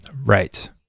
Right